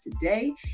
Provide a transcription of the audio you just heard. today